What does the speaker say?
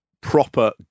proper